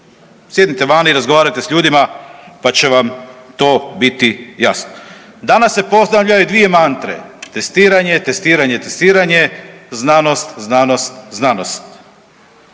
Sjednite vani, razgovarajte s ljudima pa će vam to biti jasno. Danas se postavljaju dvije mantre, testiranje, testiranje, testiranje, znanost, znanost, znanost.